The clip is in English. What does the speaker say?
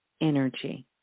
energy